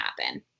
happen